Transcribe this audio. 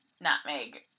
nutmeg